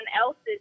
else's